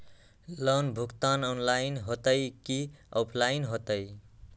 Loan भुगतान online होतई कि ऑफलाइन होतई?